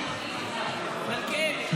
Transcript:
מלכיאלי,